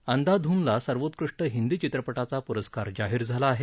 अंधाध्नला सर्वोत्कृष्ट हिंदी चित्रपटाचा प्रस्कार जाहीर झाला आहे